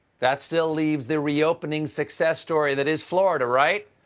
that still leaves the reopening success story that is florida, right?